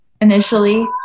initially